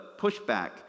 pushback